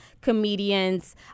comedians